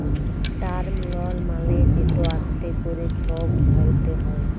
term লল মালে যেট আস্তে ক্যরে ছব ভরতে হ্যয়